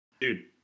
Dude